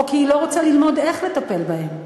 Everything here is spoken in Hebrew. או כי היא לא רוצה ללמוד איך לטפל בהם.